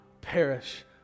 perish